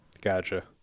Gotcha